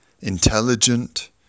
intelligent